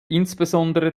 insbesondere